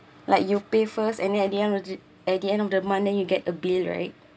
like you pay first and at the end of it at the end of the month then you get a bill right